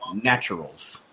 naturals